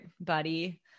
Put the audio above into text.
buddy